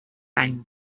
any